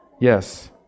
yes